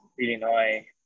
illinois